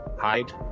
hide